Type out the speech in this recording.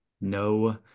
no